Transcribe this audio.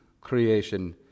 creation